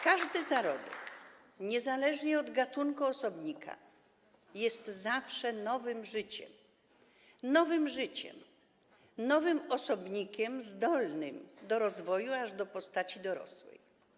Każdy zarodek, niezależnie od gatunku osobnika, jest zawsze nowym życiem - nowym życiem, nowym osobnikiem zdolnym do rozwoju aż do postaci dorosłej.